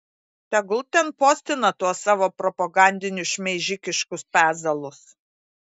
tegul ten postina tuos savo propagandinius šmeižikiškus pezalus